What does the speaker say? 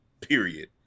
period